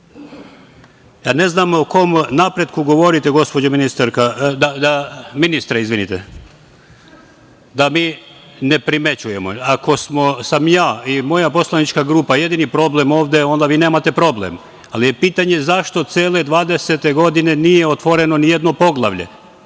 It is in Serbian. ne znam o kom napretku govorite, gospođo ministarka, ministre, izvinite, da mi ne primećujemo. Ako sam ja i moja poslanička grupa jedini problem ovde, onda vi nemate problem, ali je pitanje zašto cele 2020. godine nije otvoreno ni jedno poglavlje?